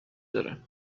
داره